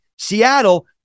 Seattle